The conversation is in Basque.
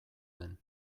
den